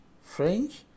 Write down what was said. French